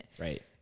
Right